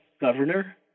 governor